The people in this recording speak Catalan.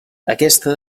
aquesta